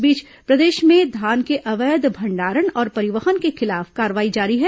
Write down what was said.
इस बीच प्रदेश में धान के अवैध भंडारण और परिवहन के खिलाफ कार्रवाई जारी है